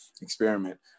experiment